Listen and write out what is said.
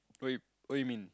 what you what you mean